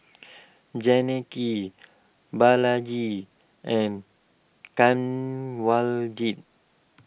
Janaki Balaji and Kanwaljit